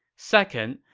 second,